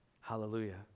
hallelujah